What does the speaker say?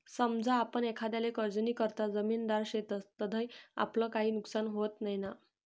समजा आपण एखांदाले कर्जनीकरता जामिनदार शेतस तधय आपलं काई नुकसान व्हत नैना?